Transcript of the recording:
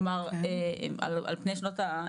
כלומר, על פני שנות.